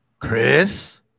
Chris